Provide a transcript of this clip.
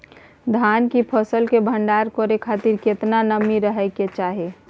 धान की फसल के भंडार करै के खातिर केतना नमी रहै के चाही?